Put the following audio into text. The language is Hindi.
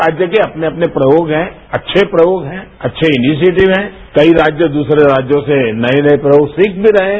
हर राज्य के अपने अपने प्रयोग हैं अच्छे प्रयोग हैं अच्छे इनिशिएटिव हैं कई राज्य दूसरे राज्यों से नए नए प्रयोग सिख भी रहे हैं